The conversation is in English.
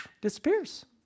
Disappears